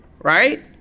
Right